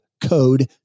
code